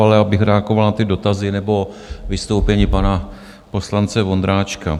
Ale já bych reagoval na ty dotazy, nebo vystoupení pana poslance Vondráčka.